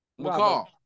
McCall